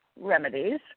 remedies